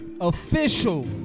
official